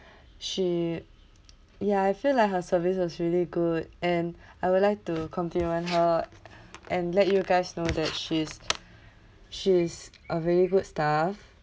she ya I feel like her service was really good and I would like to compliment her and let you guys know that she's she's a very good staff